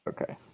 Okay